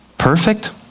Perfect